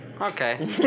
Okay